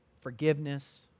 forgiveness